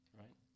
right